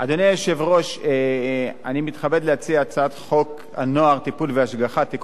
אני מתכבד להציע את הצעת חוק הנוער (טיפול והשגחה) (תיקון מס' 21)